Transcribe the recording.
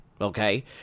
okay